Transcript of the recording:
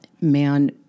man